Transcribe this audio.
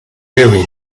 erin